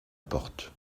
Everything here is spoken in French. porte